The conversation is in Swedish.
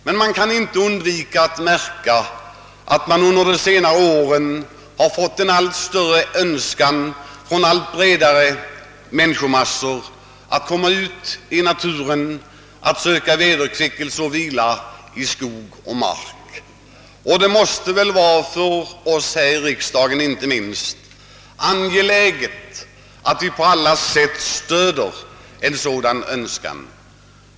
Man kan emellertid inte undvika att märka att det under de senaste åren vuxit fram en allt större önskan inom de bredare lagren att komma ut i naturen, att söka vederkvickelse och vila i skog och mark. Inte minst för oss här i riksdagen måste det vara angeläget att på alla sätt stödja en sådan önskan.